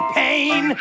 pain